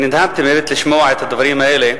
נדהמתי לשמוע את הדברים האלה,